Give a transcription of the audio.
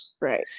Right